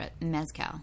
mezcal